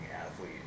athlete